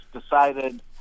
decided